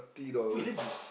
wait legit